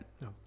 no